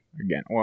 Again